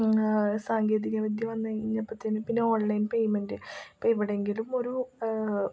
സാങ്കേതികവിദ്യ വന്നുകഴിഞ്ഞപ്പംതന്നെ പിന്നെ ഓൺലൈൻ പേയ്മെൻ്റ് ഇപ്പം എവിടെയെങ്കിലും ഒരു